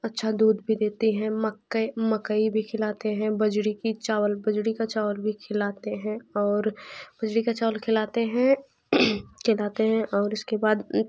अच्छा दूध भी देती हैं मक्कई मकई भी खिलाते हैं बजरी की चावल बजरी का चावल भी खिलाते हैं अओर बजरी का चावल खिलाते हैं चढ़ाते हैं और इसके बाद